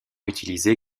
utilisé